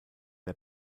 der